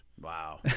Wow